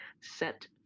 Set